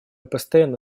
постоянно